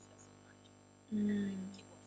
mm